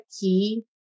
key